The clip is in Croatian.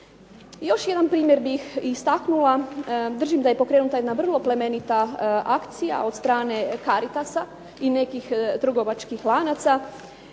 Još jedan primjer bih istaknula. Držim da je pokrenuta jedna vrlo plemenita akcija od strane Caritasa i nekih trgovačkih lanaca,